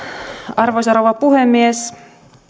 arvoisa rouva puhemies